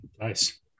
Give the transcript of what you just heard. Nice